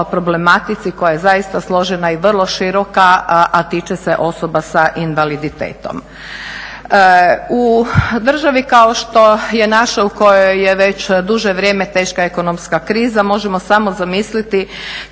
U državi kao što je naša u kojoj je već duže vrijeme teška ekonomska kriza možemo samo zamisliti